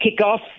kickoff